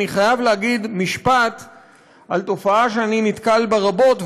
אני חייב להגיד משפט על תופעה שאני נתקל בה רבות,